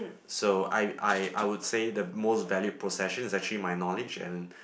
so I I I would say the most valued possession is actually my knowledge and